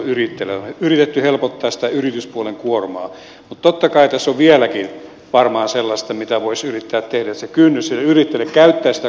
on yritetty helpottaa sitä yrityspuolen kuormaa mutta totta kai tässä on vieläkin varmaan sellaista mitä voisi yrittää tehdä että se kynnys sille yrittäjälle käyttää sitä korttia olisi helpompi